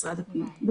לממשלה שהביא את כל